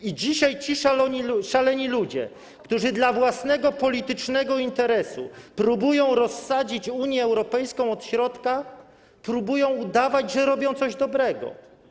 I dzisiaj ci szaleni ludzie, którzy dla własnego politycznego interesu próbują rozsadzić Unię Europejską od środka, próbują udawać, że robią coś dobrego.